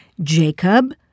Jacob